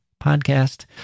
podcast